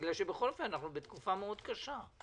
אנחנו בתקופה קשה.